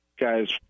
guys